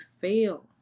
fail